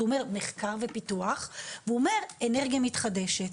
הוא אומר מחקר ופיתוח והוא אומר אנרגיה מתחדשת.